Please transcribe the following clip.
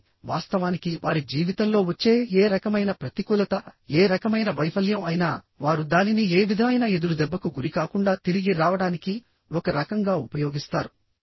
కానీ వాస్తవానికి వారి జీవితంలో వచ్చే ఏ రకమైన ప్రతికూలత ఏ రకమైన వైఫల్యం అయినా వారు దానిని ఏ విధమైన ఎదురుదెబ్బకు గురికాకుండా తిరిగి రావడానికి ఒక రకంగా ఉపయోగిస్తారు